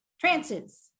trances